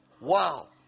Wow